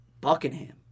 Buckingham